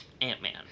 Ant-Man